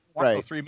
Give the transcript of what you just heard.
Right